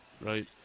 right